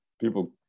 People